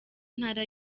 ntara